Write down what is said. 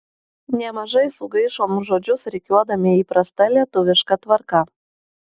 nemažai sugaišom žodžius rikiuodami įprasta lietuviška tvarka